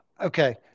okay